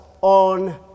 on